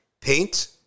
Paint